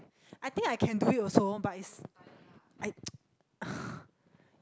I think I can do it also but it's I